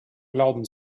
glauben